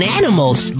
animals